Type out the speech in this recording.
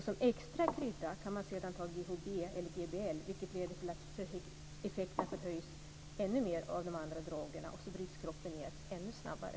Som extra krydda kan man sedan ta GHB eller GBL, varigenom effekterna av de andra drogerna förhöjs ännu mer och kroppen bryts ned ännu snabbare.